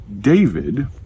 David